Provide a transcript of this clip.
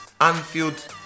Anfield